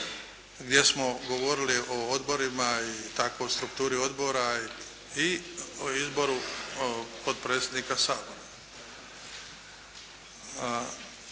gdje smo govorili o odborima i tako strukturi odbora i o izboru potpredsjednika Sabora.